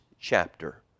chapter